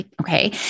Okay